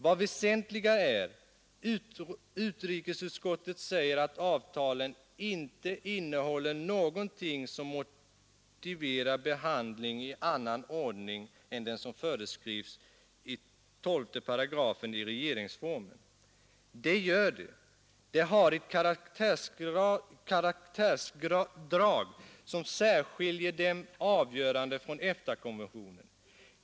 Vad väsentligare är: utrikesutskottet säger att avtalen inte ”innehåller någonting som motiverar behandling i annan ordning än den som föreskrivs i 12 § regeringsformen”. Det gör de. De har ett karaktärsdrag som särskiljer dem avgörande från EFTA-konventionen.